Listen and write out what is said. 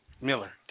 Miller